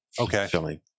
Okay